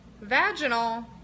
Vaginal